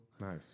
Nice